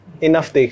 enough